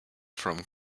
from